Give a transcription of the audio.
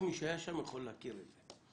רק מי שהיה שם, יכול להכיר את זה.